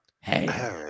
Hey